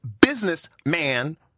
businessman